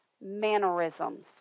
mannerisms